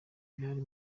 byari